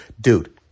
dude